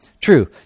True